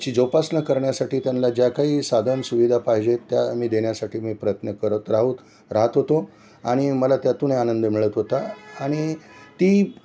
ची जोपासना करण्यासाठी त्यांला ज्या काही साधन सुविधा पाहिजे आहेत त्या मी देण्यासाठी मी प्रयत्न करत राहत राहात होतो आणि मला त्यातूनही आनंद मिळत होता आणि ती